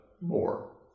more